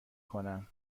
کنم